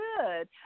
good